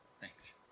Thanks